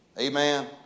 Amen